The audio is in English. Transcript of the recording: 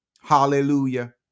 Hallelujah